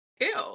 ew